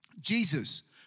Jesus